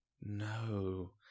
no